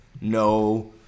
no